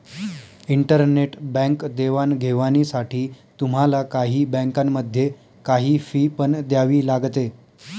internet bank देवाणघेवाणीसाठी तुम्हाला काही बँकांमध्ये, काही फी पण द्यावी लागते